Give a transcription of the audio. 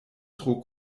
tro